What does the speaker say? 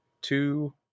two